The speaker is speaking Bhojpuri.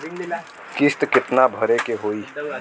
किस्त कितना भरे के होइ?